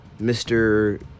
Mr